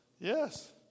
Yes